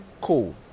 Cool